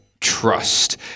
Trust